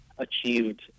achieved